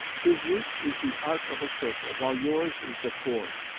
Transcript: his route is the arc of a circle, while yours is the chord.